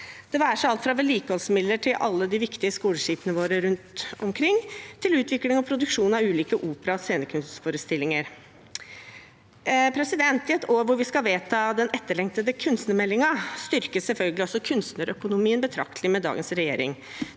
det være seg alt fra vedlikeholdsmidler for alle de viktige skoleskipene våre rundt omkring, til utvikling og produksjon av ulike opera- og scenekunstforestillinger. I et år da vi skal vedta den etterlengtede kunstnermeldingen, styrkes selvfølgelig også kunstnerøkonomien betraktelig med dagens regjering.